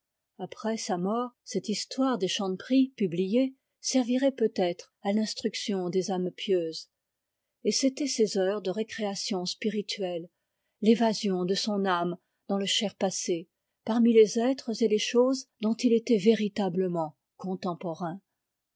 après sa mort cette histoire des chanteprie publiée servirait peut-être à l'instruction des âmes pieuses et c'étaient ses heures de récréation spirituelle l'évasion de son âme dans le cher passé parmi les êtres et les choses dont il était véritablement contemporain